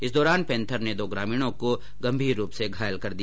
इस दौरान पेंथर ने दो ग्रामीणों को गंभीर रूप से घायल कर दिया